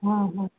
हा हा